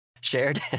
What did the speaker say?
Shared